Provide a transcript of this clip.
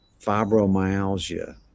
fibromyalgia